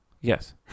Yes